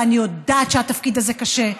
ואני יודעת שהתפקיד הזה קשה,